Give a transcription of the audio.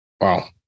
Wow